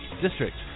district